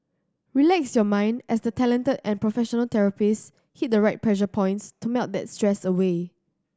relax your mind as the talented and professional therapists hit the right pressure points to melt that stress away